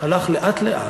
הלך לאט-לאט,